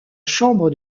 chambre